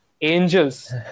angels